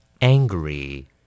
Angry